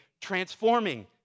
transforming